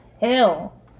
hell